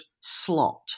slot